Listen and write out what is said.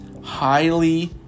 highly